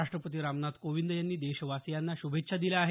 राष्ट्रपती रामनाथ कोविंद यांनी देशवासियांना श्भेच्छा दिल्या आहेत